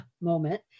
moment